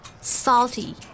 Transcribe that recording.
Salty